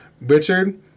Richard